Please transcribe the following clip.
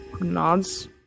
nods